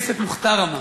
אני